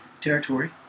territory